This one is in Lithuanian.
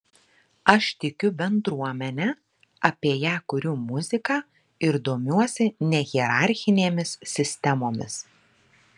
aš tikiu bendruomene apie ją kuriu muziką ir domiuosi nehierarchinėmis sistemomis